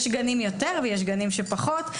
יש גנים יותר ויש גנים שפחות.